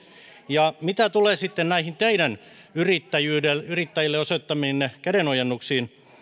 ja mitä tulee sitten näihin teidän yrittäjille osoittamiinne kädenojennuksiin